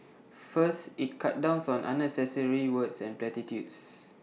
first IT cuts downs on unnecessary words and platitudes